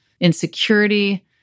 insecurity